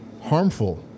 Harmful